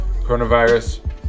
coronavirus